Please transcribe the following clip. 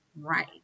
right